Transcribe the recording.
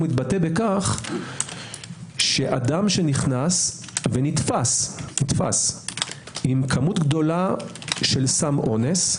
מתבטא בכך שאדם שנכנס ונתפס עם כמות גדולה של סם אונס,